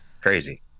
Crazy